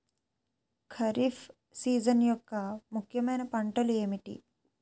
Kharif season యెక్క ముఖ్యమైన పంటలు ఏమిటీ?